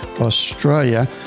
Australia